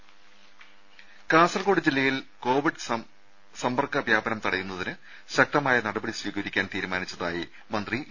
രെ കാസർകോട് ജില്ലയിൽ കോവിഡ് സമ്പർക്ക വ്യാപനം തടയുന്നതിന് ശക്തമായ നടപടി സ്വീകരിക്കാൻ തീരുമാനിച്ചതായി മന്ത്രി ഇ